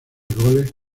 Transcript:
goles